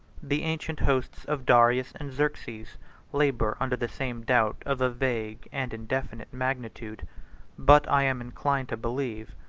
the ancient hosts of darius and xerxes labor under the same doubt of a vague and indefinite magnitude but i am inclined to believe,